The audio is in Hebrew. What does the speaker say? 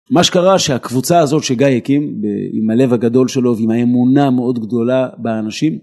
מה שקרה שהקבוצה הזאת שגיא הקים, עם הלב הגדול שלו ועם האמונה המאוד גדולה באנשים